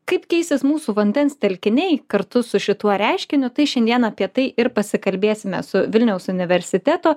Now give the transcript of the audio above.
kaip keisis mūsų vandens telkiniai kartu su šituo reiškiniu tai šiandien apie tai ir pasikalbėsime su vilniaus universiteto